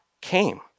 came